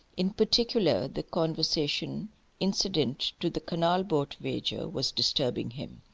in particular the conversation incident to the canal-boat wager was disturbing him.